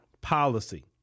policy